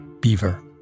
Beaver